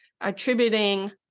attributing